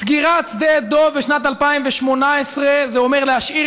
סגירת שדה דב בשנת 2018 זה אומר להשאיר